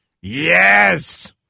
Yes